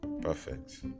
perfect